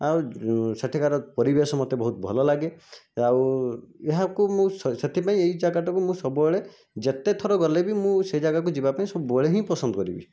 ଆଉ ସେଠିକାର ପରିବେଶ ମୋତେ ବହୁତ ଭଲ ଲାଗେ ଆଉ ଏହାକୁ ମୁଁ ସେଥିପାଇଁ ଏହି ଜାଗାଟାକୁ ମୁଁ ସବୁବେଳେ ଯେତେଥର ଗଲେ ବି ମୁଁ ସେ ଜାଗାକୁ ଯିବା ପାଇଁ ସବୁବେଳେ ହିଁ ପସନ୍ଦ କରିବି